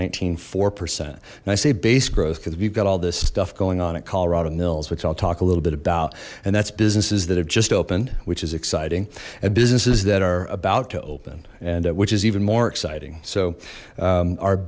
nineteen four percent and i say base growth because we've got all this stuff going on in colorado mills which i'll talk a little bit about and that's businesses that have just opened which is exciting and businesses that are about to open and which is even more exciting so